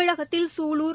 தமிழகத்தில் சூலர்